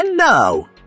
No